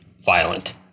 violent